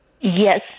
Yes